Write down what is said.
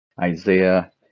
Isaiah